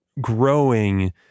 growing